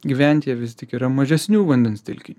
gyventi vis tik yra mažesnių vandens telkinių